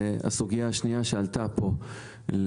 הסוגייה השנייה שעלתה כאן,